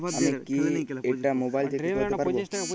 আমি কি এটা মোবাইল থেকে করতে পারবো?